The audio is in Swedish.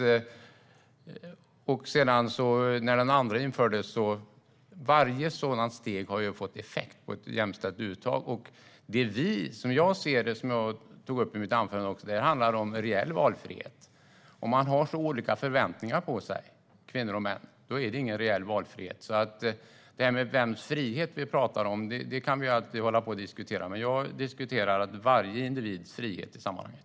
Sedan infördes den andra månaden, och varje sådant steg har fått effekt när det gäller ett jämställt uttag. Som jag tog upp i mitt anförande anser vi att det handlar om reell valfrihet. Om kvinnor och män har olika förväntningar på sig är det ingen reell valfrihet. Vems frihet vi pratar om kan vi alltid diskutera, men jag diskuterar varje individs frihet i sammanhanget.